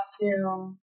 costume